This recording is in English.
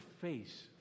face